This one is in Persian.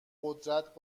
قدرت